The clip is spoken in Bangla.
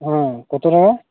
হ্যাঁ কতো টাকা